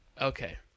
okay